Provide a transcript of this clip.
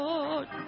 Lord